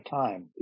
time